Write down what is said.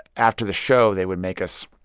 after the show, they would make us